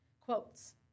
quotes